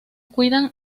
cuidan